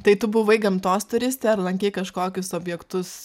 tai tu buvai gamtos turistė ar lankei kažkokius objektus